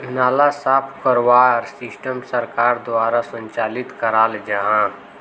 नाला साफ करवार सिस्टम सरकार द्वारा संचालित कराल जहा?